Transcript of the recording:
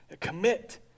commit